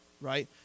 right